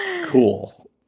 Cool